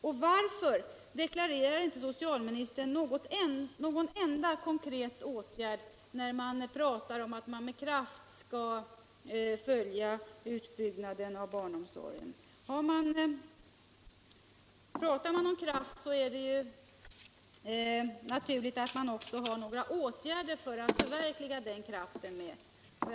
Och varför talar inte socialministern om någon enda konkret åtgärd, när han talar om att man med kraft skall driva på utbyggnaden av barnomsorgen? Talar man om kraft i sammanhanget, så är det väl naturligt att också ange några åtgärder för att den kraften skall avsätta konkreta resultat!